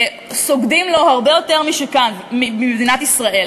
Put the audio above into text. סוגדים לו הרבה יותר מאשר כאן במדינת ישראל,